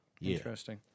Interesting